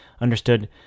understood